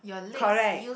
correct